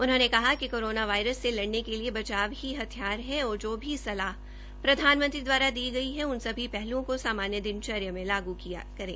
उन्होंने कहा कि कोरोना से लड़ने के लिए बचाव की हथियार है और जो भी सलाह प्रधानमंत्री द्वारा दी गई है उन सभी पहल्ओं को सामान्य दिनचर्या में लागू करें